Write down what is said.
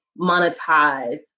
monetize